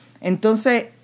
Entonces